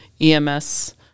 EMS